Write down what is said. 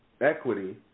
equity